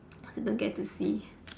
I don't get to see